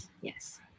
yes